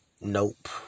Nope